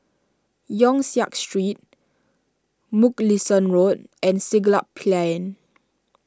Yong Siak Street Mugliston Road and Siglap Plain